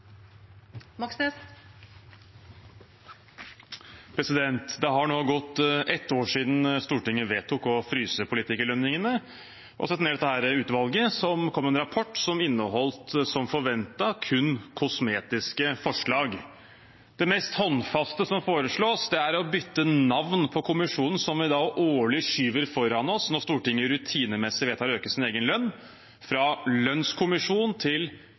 Det har nå gått ett år siden Stortinget vedtok å fryse politikerlønningene og sette ned dette utvalget, som kom med en rapport som – som forventet – inneholdt kun kosmetiske forslag. Det mest håndfaste som foreslås, er å bytte navn på kommisjonen som vi årlig skyver foran oss når Stortinget rutinemessig vedtar å øke sin egen lønn, fra «lønnskommisjon» til